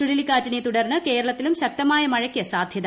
ചുഴലിക്കാറ്റിനെ തുടർന്ന് കേരളത്തിലും ശക്തമായ മഴയ്ക്ക് സാധൃത